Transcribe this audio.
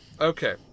Okay